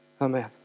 Amen